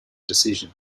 decision